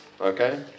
Okay